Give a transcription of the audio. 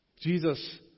Jesus